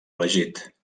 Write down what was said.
elegit